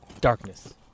darkness